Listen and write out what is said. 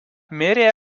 mirė